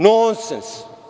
Nonsens.